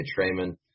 Trayman